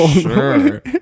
Sure